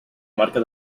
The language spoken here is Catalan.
marca